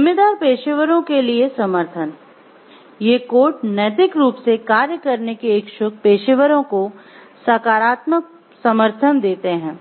जिम्मेदार पेशेवरों के लिए समर्थन ये कोड नैतिक रूप से कार्य करने के इच्छुक पेशेवरों को सकारात्मक समर्थन देते हैं